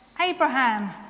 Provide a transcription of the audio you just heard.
Abraham